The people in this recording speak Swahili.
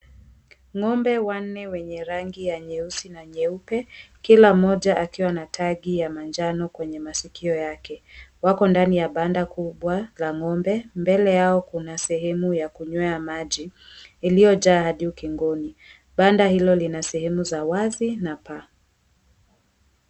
Ng'ombe wanne wenye rangi ya nyeusi na nyeupe, kila mmoja akiwa na tagi ya manjano kwenye masikio yake. Wako ndani ya banda kubwa la ng'ombe, mbele yao kuna sehemu ya kunywea maji, iliyojaa hadi ukingoni. Banda hilo lina sehemu za wazi na paa.